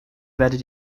werdet